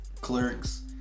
Clerks